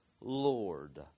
Lord